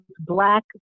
black